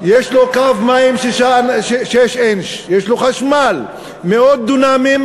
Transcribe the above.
יש לו קו מים 6 אינץ', יש לו חשמל, מאות דונמים.